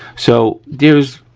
so there's,